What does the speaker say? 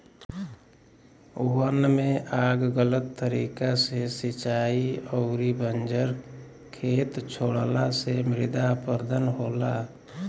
वन में आग गलत तरीका से सिंचाई अउरी बंजर खेत छोड़ला से मृदा अपरदन होला